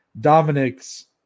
Dominic's